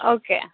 okay